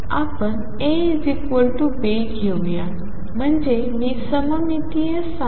तर आपण A B घेऊया म्हणजे मी सममितीय ψ